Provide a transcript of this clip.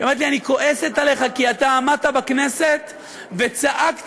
היא אומרת לי: אני כועסת עליך כי אתה עמדת בכנסת וצעקת